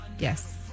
Yes